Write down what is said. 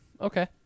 Okay